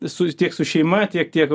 su tiek su šeima tiek tiek